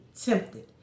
tempted